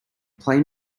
play